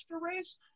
race